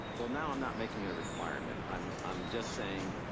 well, now i'm not making it a requirement, i'm i'm just saying,